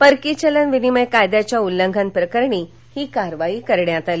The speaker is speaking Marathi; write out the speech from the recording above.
परकीय चलन विनिमय कायद्याच्या उल्लंघन प्रकरणी ही कारवाई करण्यात आली